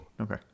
Okay